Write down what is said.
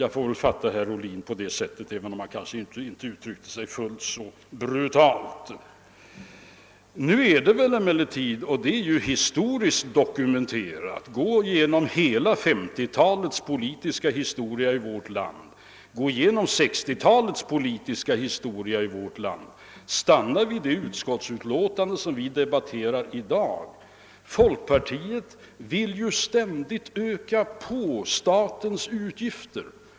Jag får väl fatta herr Ohlin på det sättet, även om han inte uttryckte sig fullt så brutalt. Det är ju historiskt dokumenterat — gå igenom hela 1950 talets och 1960-talets politiska historia i vårt land och stanna vid det utskottsutlåtande som vi debatterar i dag — att folkpartiet ständigt vill öka statens utgifter.